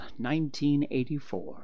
1984